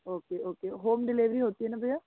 okay okay home delivery होती है न भैया